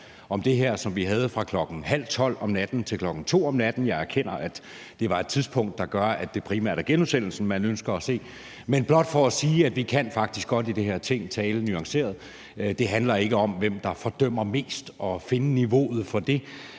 om det her, som vi havde fra klokken 23.30 aftenen til kl. 2.00 om natten – og jeg erkender, at det var et tidspunkt, der gør, at det primært er genudsendelsen, man ønsker at se. Det er blot for at sige, at vi faktisk godt i det her ting kan tale nuanceret. Det handler ikke om, hvem der fordømmer mest og at finde niveauet for det.